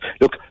Look